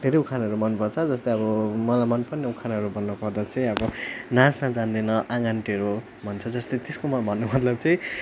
धेरै उखानहरू मनपर्छ जस्तै अब मलाई मनपर्ने उखानहरू भन्नुपर्दा चाहिँ अब नाच्न जान्दैन आँगन टेढो भन्छ जस्तै त्यसको भन्नुको मतलब चाहिँ अब